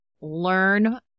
learn